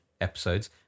episodes